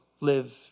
live